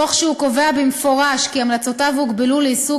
וקבע במפורש כי המלצותיו הוגבלו לעיסוק